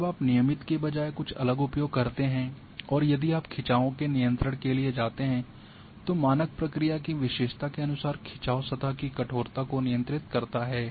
जब आप नियमित के बजाय कुछ अलग उपयोग करते हैं और यदि आप खिंचाव के नियंत्रण लिए जाते हैं तो मानक प्रक्रिया की विशेषता के अनुसार खिंचाव सतह की कठोरता को नियंत्रित करता है